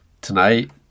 tonight